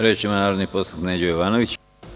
Reč ima narodni poslanik Neđo Jovanović.